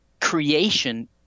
Creation